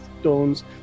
stones